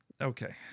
Okay